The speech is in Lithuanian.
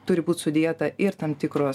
turi būt sudėta ir tam tikros